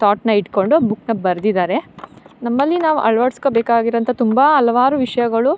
ತಾಟ್ನ ಇಟ್ಕೊಂಡು ಬುಕ್ನ ಬರ್ದಿದಾರೆ ನಮ್ಮಲ್ಲಿ ನಾವು ಅಳ್ವಡಿಸ್ಕೊ ಬೇಕಾಗಿರೊಂತ ತುಂಬ ಹಲವಾರ್ ವಿಷ್ಯಗಳು